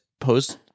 post